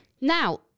now